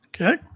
Okay